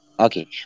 Okay